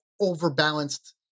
overbalanced